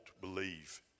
believe